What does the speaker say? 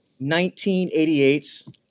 1988's